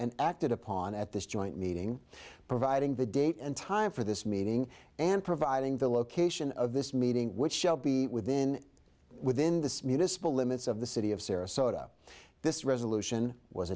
and acted upon at this joint meeting providing the date and time for this meeting and providing the location of this meeting which shall be within within the municipal limits of the city of sarasota this resolution was